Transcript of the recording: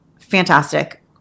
fantastic